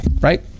right